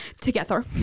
Together